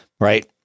Right